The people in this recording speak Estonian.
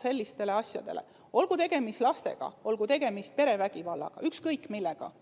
sellistele asjadele tähelepanu saada. Olgu tegemist lastega, olgu tegemist perevägivallaga, ükskõik millega,